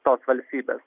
tos valstybės